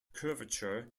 curvature